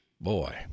Boy